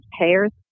payers